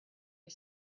you